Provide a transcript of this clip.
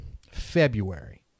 February